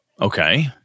Okay